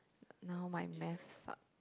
now my Math suck